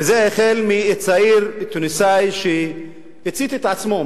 וזה החל מצעיר תוניסאי שהצית את עצמו,